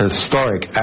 historic